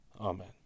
Amen